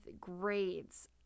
grades